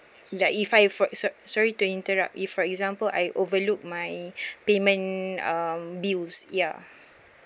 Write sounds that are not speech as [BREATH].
that if I for sor~ sorry to interrupt you for example I overlook my [BREATH] payment um bills ya